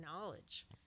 knowledge